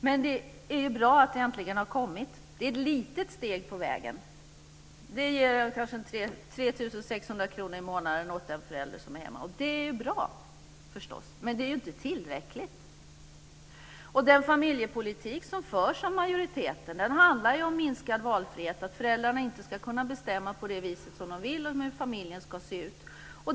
Men det är bra att det äntligen har kommit. Det är ett litet steg på vägen. Det ger kanske ungefär 3 600 kr i månaden till den förälder som är hemma. Det är bra, förstås. Men det är inte tillräckligt. Den familjepolitik som förs av majoriteten handlar ju om minskad valfrihet, att föräldrarna inte ska kunna bestämma hur de vill att familjen ska se ut.